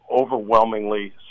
overwhelmingly